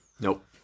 Nope